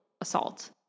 assault